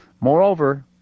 Moreover